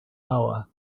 hour